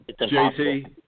Jt